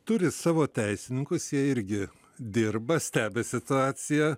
turi savo teisininkus jie irgi dirba stebi situaciją